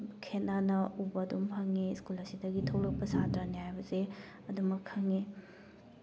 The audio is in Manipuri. ꯈꯦꯠꯅꯅ ꯎꯕ ꯑꯗꯨꯝ ꯐꯪꯉꯤ ꯁ꯭ꯀꯨꯜ ꯑꯁꯤꯗꯒꯤ ꯊꯣꯛꯂꯛꯄ ꯁꯥꯇ꯭ꯔꯅꯤ ꯍꯥꯏꯕꯁꯦ ꯑꯗꯨꯃꯛ ꯈꯪꯉꯤ